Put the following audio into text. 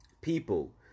people